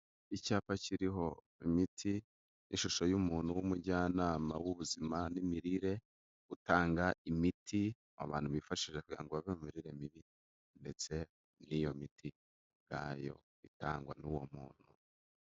Icyapa kiriho imiti, ishusho y'umuntu w'umujyanama w'ubuzima n'imirire, utanga imiti abantu bifashisha kugira ngo bave mu mirire mibi ndetse n'iyo miti ubwayo itangwa n'uwo muntu.